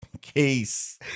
case